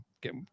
get